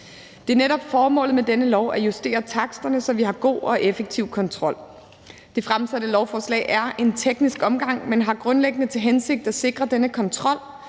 Det er netop formålet med dette lovforslag at justere taksterne, så vi har god og effektiv kontrol. Det fremsatte lovforslag er en teknisk omgang, men har grundlæggende til hensigt at sikre denne kontrol